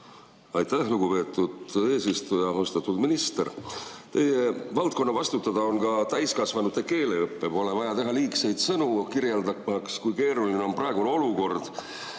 Aitäh, lugupeetud eesistuja! Austatud minister! Teie valdkonna vastutada on ka täiskasvanute keeleõpe. Pole vaja teha liigseid sõnu kirjeldamaks, kui keeruline on praegune olukord.